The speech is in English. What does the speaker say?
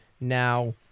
Now